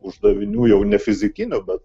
uždavinių jau ne fizikinių bet